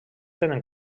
tenen